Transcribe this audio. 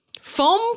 Foam